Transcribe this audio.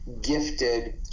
gifted